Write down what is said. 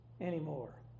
anymore